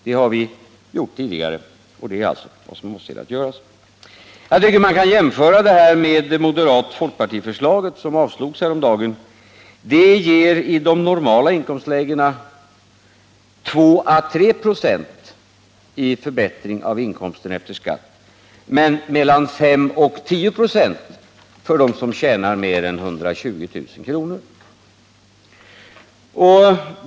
Det har vi gjort tidigare, och det är alltså vad som avses att göras. Jag tycker att man kan jämföra detta med moderat-folkpartiförslaget, som avslogs häromdagen. Det ger i de normala inkomstlägena 2å 3 "» i förbättring av inkomsten efter skatt men mellan 5 och 10 ". för dem som tjänar mer än 120 000 kr.